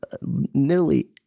nearly